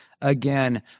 again